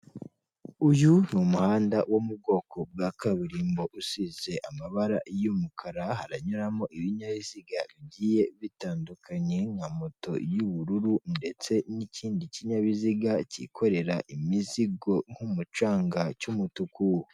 Uyu ni umuhanda wo mu bwoko bwa kaburimbo usize amabara y'umukara, haranyuramo ibinyabiziga bigiye bitandukanye, nka moto y'ubururu ndetse n'ikindi kinyabiziga cyikorera imizigo nk'umucanga cy'umutuku.